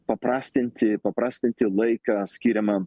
paprastinti paprastinti laiką skiriamą